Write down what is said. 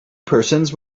persons